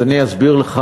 אני אסביר לך,